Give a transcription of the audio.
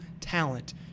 talent